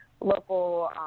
local